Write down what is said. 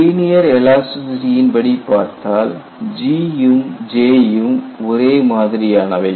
linear எலாஸ்டிசிடியின் படி பார்த்தால் G யும் J ம் ஒரே மாதிரியானவை